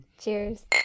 Cheers